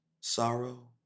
Sorrow